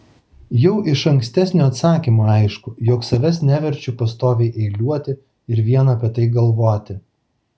jau iš ankstesnio atsakymo aišku jog savęs neverčiu pastoviai eiliuoti ir vien apie tai galvoti